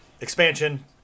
Expansion